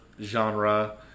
genre